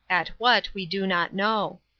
at what, we do not know.